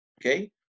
okay